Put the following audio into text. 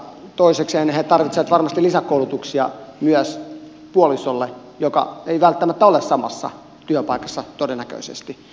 toisekseen he tarvitsevat varmasti lisäkoulutuksia myös puolisolle joka ei välttämättä ole samassa työpaikassa todennäköisesti